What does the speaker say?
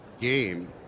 game